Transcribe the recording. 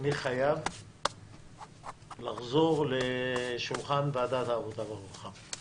אני חייב לחזור לשולחן ועדת העבודה והרווחה.